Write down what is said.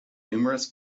numerous